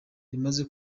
rimaze